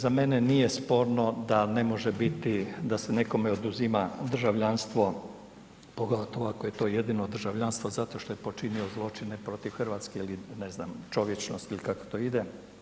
Za mene nije sporno da ne može biti da se nekome oduzima državljanstvo pogotovo ako to jedino državljanstvo zato ako je počinio zločine protiv Hrvatske ili ne znam čovječnosti ili kako to ide.